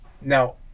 Now